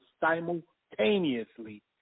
simultaneously